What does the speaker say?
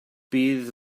bydd